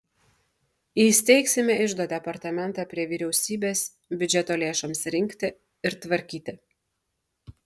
įsteigsime iždo departamentą prie vyriausybės biudžeto lėšoms rinkti ir tvarkyti